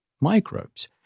microbes